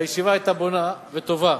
הישיבה היתה בונה וטובה